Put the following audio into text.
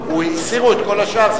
הסירו את כל השאר.